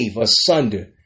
asunder